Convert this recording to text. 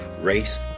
Race